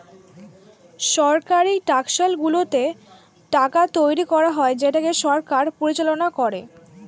সরকারি টাকশালগুলোতে টাকা তৈরী করা হয় যেটাকে সরকার পরিচালনা করে